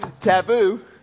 Taboo